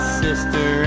sister